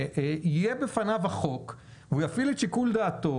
יהיה בפניו החוק והוא יפעיל את שיקול דעתו